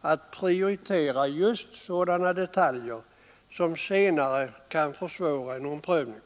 att prioritera just sådana detaljer som senare försvårar en omprövning.